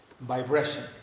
vibration